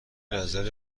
نظر